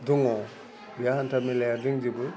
दङ बे हान्था मेलाया दंजोबो